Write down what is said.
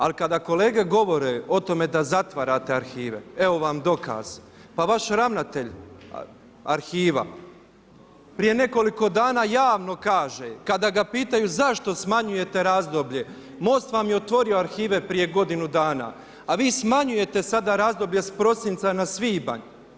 Ali kada govore o tome da zatvarate arhive, evo vam dokaz, pa vaš ravnatelj arhiva prije nekoliko dana javno kaže kada ga pitaju zašto smanjujete razdoblje, Most vam je otvorio arhive prije godinu dana, a vi smanjujete sada razdoblje s prosinca na svibanj.